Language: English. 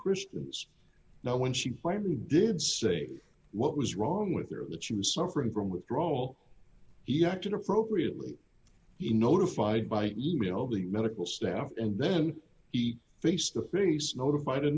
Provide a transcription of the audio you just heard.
christians now when she finally did say what was wrong with their that she was suffering from withdrawal he acted appropriately he notified by email the medical staff and then he faced the priest notif